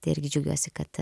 tai irgi džiaugiuosi kad